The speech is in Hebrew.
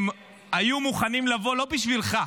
הם היו מוכנים לבוא לא בשבילך,